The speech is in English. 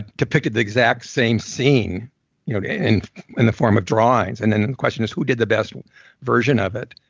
depicted the exact same scene you know in and the form of drawings and then then the question was who did the best version of it.